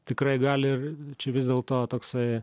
tikrai gali ir vis dėlto toksai